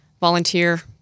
Volunteer